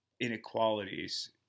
inequalities